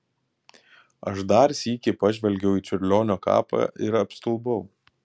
aš dar sykį pažvelgiau į čiurlionio kapą ir apstulbau